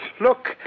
look